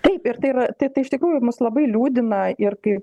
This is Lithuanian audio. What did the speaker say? taip ir tai yra tai tai iš tikrųjų mus labai liūdina ir kaip